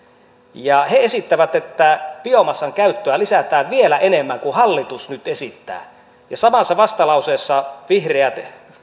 he esittävät että biomassan käyttöä lisätään vielä enemmän kuin hallitus nyt esittää ja samassa vastalauseessa vihreät